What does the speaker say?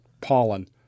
pollen